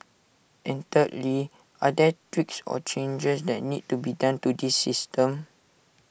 and thirdly are there tweaks or changes that need to be done to this system